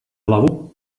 hlavu